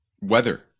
weather